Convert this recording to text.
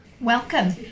Welcome